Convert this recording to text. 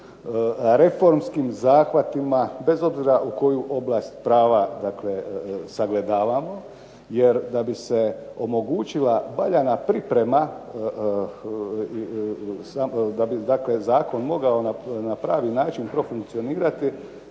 reformskim zahvatima, bez obzira u koju oblast prava dakle sagledavamo, jer da bi se omogućila valjana priprema, da bi dakle zakon mogao na pravi način profunkcionirati